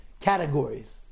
categories